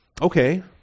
okay